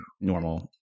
normal